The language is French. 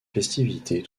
festivités